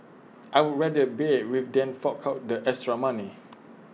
I would rather bear with than fork out the extra money